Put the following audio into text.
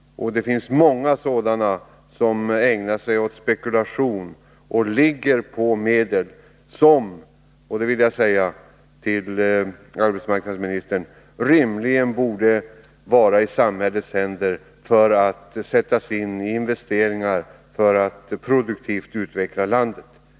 Det finns många sådana som ägnar sig åt spekulation och ligger på medel som — det vill jag säga till arbetsmarknadsministern — rimligen borde vara i samhällets händer för att sättas in i investeringar för att produktivt utveckla landet.